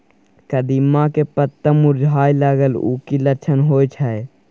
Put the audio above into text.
कदिम्मा के पत्ता मुरझाय लागल उ कि लक्षण होय छै?